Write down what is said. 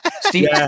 Steve